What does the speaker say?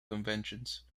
conventions